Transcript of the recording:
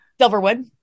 Silverwood